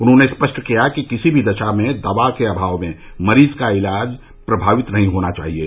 उन्होंने स्पष्ट किया है कि किसी भी दशा में दवा के अभाव में मरीज का इलाज प्रभावित नहीं होना चाहिये